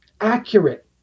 accurate